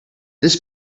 this